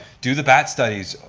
do the bat studies.